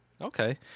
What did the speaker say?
Okay